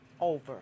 over